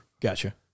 Gotcha